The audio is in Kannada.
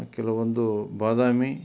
ಕೆಲವೊಂದು ಬಾದಾಮಿ